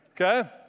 okay